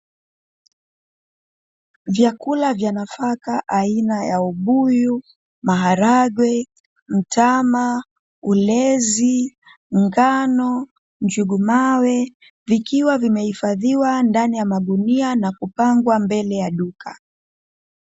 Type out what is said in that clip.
Vyakula vya nafaka aina ya ubuyu, maharage, mtama, ulezi, ngano, njugu mawe . Vikiwa vimehifadhiwa kwenye magunia na kupangwa mbele ya duka.